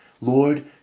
Lord